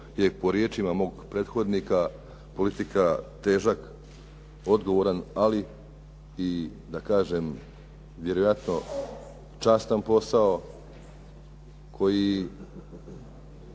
je po riječima mog prethodnika politika težak, odgovoran ali i da kažem vjerojatno častan posao koji